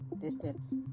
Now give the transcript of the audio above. distance